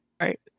Right